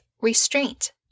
restraint